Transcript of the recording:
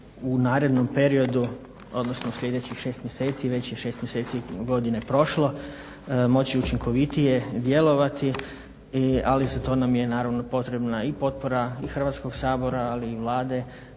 u narednom periodu, odnosno sljedećih šest mjeseci, već je šest mjeseci godine prošlo moći učinkovitije djelovati ali za to nam je naravno potrebna i potpora i Hrvatskog sabora, ali i Vlade